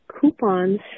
coupons